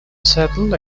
saddle